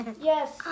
Yes